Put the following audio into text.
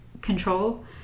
control